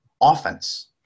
offense